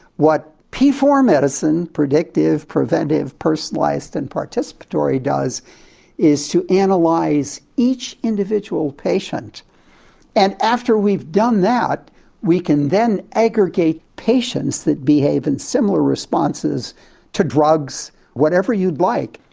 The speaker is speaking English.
what p four medicine predictive, preventive, personalised and participatory does is to and analyse each individual patient and after we've done that we can then aggregate patients that behave in similar responses to drugs, whatever you like.